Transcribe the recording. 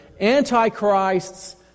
Antichrists